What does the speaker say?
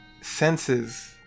senses